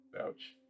Ouch